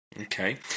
Okay